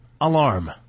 Alarm